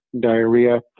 diarrhea